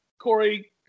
Corey